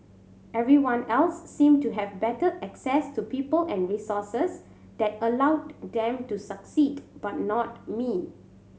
everyone else seemed to have better access to people and resources that allowed them to succeed but not me